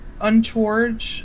untoward